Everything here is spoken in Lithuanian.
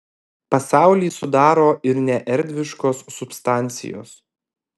pasaulį sudaro ir neerdviškos substancijos